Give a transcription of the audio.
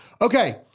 Okay